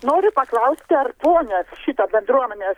noriu paklausti ar ponios šita bendruomenės